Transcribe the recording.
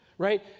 right